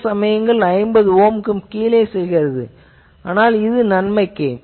சில சமயங்களில் 50 ஓம் க்கு கீழே செல்கிறது ஆனால் இது நன்மைக்கே